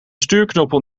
stuurknuppel